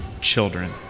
children